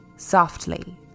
softly